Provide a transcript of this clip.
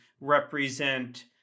represent